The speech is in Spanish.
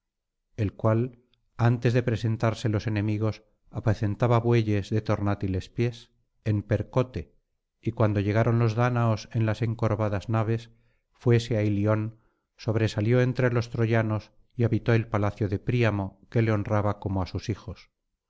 el cual antes de presentarse los enemigos apacentaba bueyes de tornátiles pies en percote y cuando llegaron los dáñaos en las encorvadas naves fuese á ilion sobresalió entre los troyanos y habitó el palacio de príamo que le honraba como á sus hijos